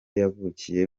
yavukiye